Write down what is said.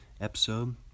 episode